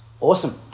Awesome